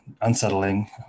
unsettling